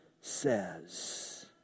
says